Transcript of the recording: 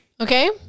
Okay